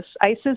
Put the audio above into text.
ISIS